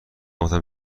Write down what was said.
گفتم